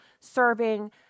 serving